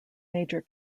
major